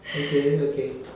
okay okay